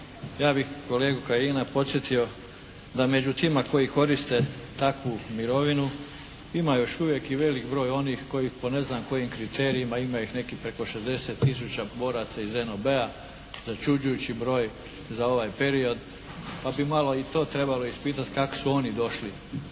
ja bih kolegu Kajina podsjetio da među tima koji koriste takvu mirovinu ima još uvijek i velik broj onih koji po ne znam kojim kriterijima, ima ih neki preko 60 tisuća boraca iz NOB-a, začuđujući broj za ovaj period, pa bi malo i to trebalo ispitati kako su oni došli